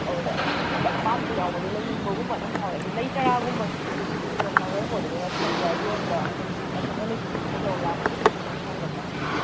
ꯑꯗꯨꯗ ꯑꯄꯥꯝꯕ ꯌꯥꯎꯕꯗꯣ ꯂꯩꯅꯤꯡꯕꯒꯨꯝꯕ ꯑꯗꯨꯝ ꯐꯥꯎꯋꯦ ꯑꯗꯨ ꯂꯩ ꯆꯔꯥꯒꯨꯝꯕꯁꯨ ꯁꯦꯝꯃꯒ ꯈꯣꯠꯂꯒ ꯊꯝꯕ꯭ꯔꯥ ꯌꯣꯟꯕ꯭ꯔꯥ ꯑꯗꯨꯝ ꯑꯩꯈꯣꯏꯅ ꯂꯩꯊꯣꯛ ꯂꯩꯁꯤꯟ ꯇꯧ ꯌꯥꯕꯒꯨꯝꯕꯁꯨ ꯑꯗꯨꯝ ꯐꯪꯒꯗ꯭ꯔꯥ